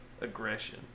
aggression